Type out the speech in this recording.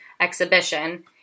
Exhibition